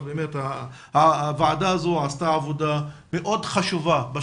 שבשנים האחרונות הוועדה הזאת עשתה עבודה מאוד חשובה,